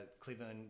Cleveland